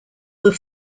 will